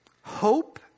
Hope